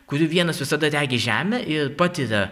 kurių vienas visada regi žemę ir patiria